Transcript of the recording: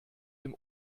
dem